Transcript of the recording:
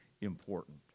important